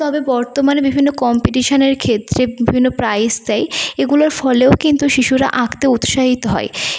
তবে বর্তমানে বিভিন্ন কম্পিটিশানের ক্ষেত্রে বিভিন্ন প্রাইজ দেয় এগুলোর ফলেও কিন্তু শিশুরা আঁকতে উৎসাহিত হয়